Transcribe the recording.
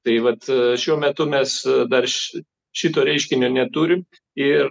tai vat šiuo metu mes dar iš šito reiškinio neturim ir